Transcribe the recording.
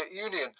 Union